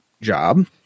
job